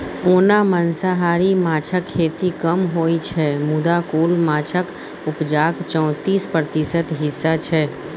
ओना मांसाहारी माछक खेती कम होइ छै मुदा कुल माछक उपजाक चौतीस प्रतिशत हिस्सा छै